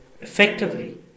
Effectively